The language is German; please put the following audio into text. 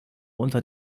unter